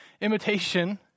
imitation